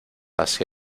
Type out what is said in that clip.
hacia